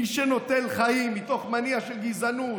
מי שנוטל חיים מתוך מניע של גזענות,